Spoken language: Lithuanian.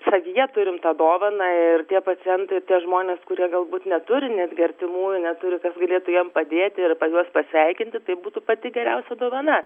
savyje turim tą dovaną ir tie pacientai tie žmonės kurie galbūt neturi netgi artimųjų neturi kas galėtų jiem padėti arba juos pasveikinti tai būtų pati geriausia dovana